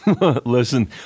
Listen